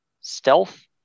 stealth